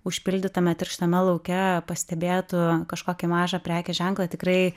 užpildytame tirštame lauke pastebėtų kažkokį mažą prekės ženklą tikrai